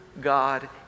God